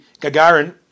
Gagarin